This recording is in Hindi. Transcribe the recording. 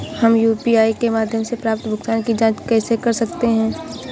हम यू.पी.आई के माध्यम से प्राप्त भुगतान की जॉंच कैसे कर सकते हैं?